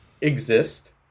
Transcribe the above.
exist